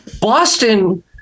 Boston